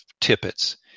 tippets